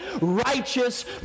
righteous